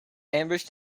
ambushed